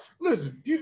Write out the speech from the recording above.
Listen